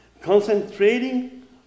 Concentrating